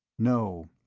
no,